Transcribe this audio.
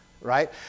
Right